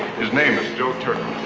his name is joe turtle.